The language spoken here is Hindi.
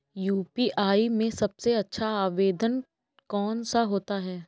यू.पी.आई में सबसे अच्छा आवेदन कौन सा होता है?